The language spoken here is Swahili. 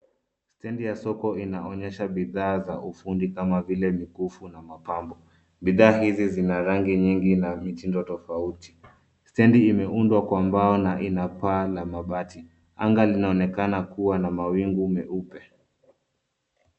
Stendi ya soko inaonyesha bidhaa za ufundi kama vile mikufu na mapambo. Bidhaa hizi zina rangi nyingi na mitindo tofauti. Stendi imeundwa kwa mbao na ina paa la mabati. Anga linaonekana kuwa na mawingu meupe.